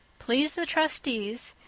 please the trustees,